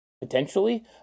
potentially